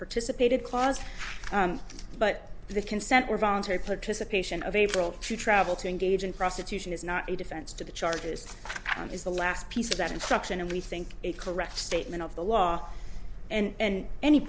participated clause but the consent or voluntary participation of able to travel to engage in prostitution is not a defense to the charges and is the last piece of that instruction and we think a correct statement of the law and an